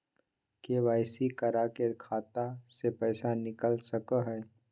KYC करा के खाता से पैसा निकल सके हय?